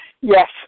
Yes